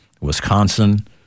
Wisconsin